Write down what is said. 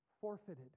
forfeited